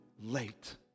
late